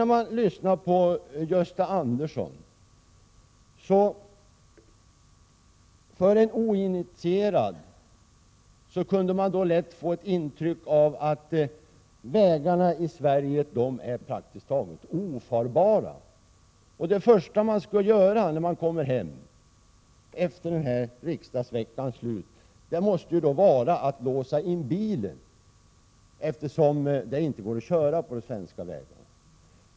När man lyssnade på Gösta Andersson kunde en oinitierad lätt få intrycket att vägarna i Sverige är praktiskt taget ofarbara. Det första man har att göra när man kommer hem efter den här riksdagsveckans slut måste vara att låsa in bilen, eftersom det ju inte går att köra på de svenska vägarna.